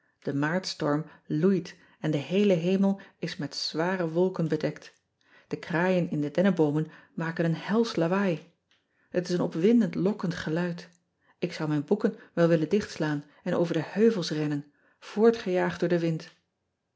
e aartstorm loeit en de heele hemel is met zware wolken bedekt e kraaien in de denneboomen maken een helsch lawaai et is een opwindend lokkend geluid k zou mijn boeken wel willen dichtslaan en over de heuvels rennen voortgejaagd door den wind